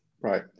Right